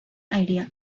idea